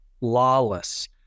lawless